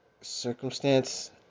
circumstance